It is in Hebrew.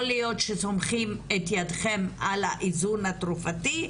יכול להיות שסומכים את ידכם על האיזון התרופתי.